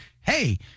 hey